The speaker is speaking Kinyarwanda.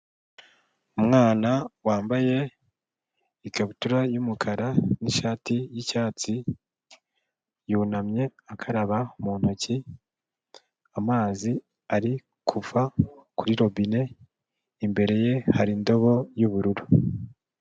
Umwana wambaye ikabutura y'umukara n'ishati y'icyatsi, yunamye akaraba mu ntoki, amazi ari kuva kuri robine, imbere ye hari indobo y'ubururu.